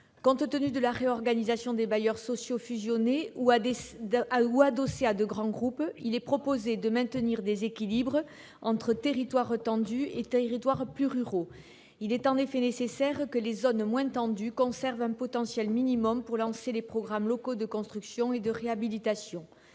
Compte tenu de la réorganisation des bailleurs sociaux fusionnés ou adossés à de grands groupes, il est proposé de maintenir des équilibres entre territoires tendus et territoires plus ruraux. Il est en effet nécessaire que les zones moins tendues conservent un potentiel minimal pour lancer des programmes locaux de construction et de réhabilitation.